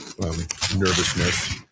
nervousness